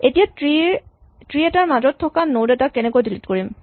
এতিয়া ট্ৰী এটাৰ মাজত থকা নড এটা কেনেকৈ ডিলিট কৰিম